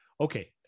Okay